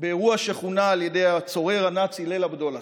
באירוע שכונה על ידי הצורר הנאצי "ליל הבדולח".